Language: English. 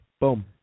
Boom